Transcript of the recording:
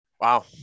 Wow